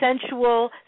sensual